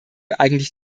eigentlich